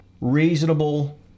reasonable